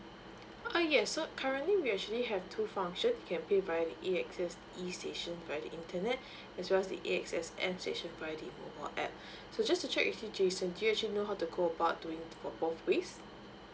oh yes so currently we actually have two function you can pay via A_X_S E station via the internet as well the A_X_S M station via the mobile apps so just to check with you jason did you actually know how to go about doing for both ways